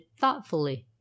thoughtfully